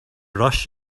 rush